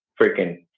freaking